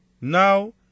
Now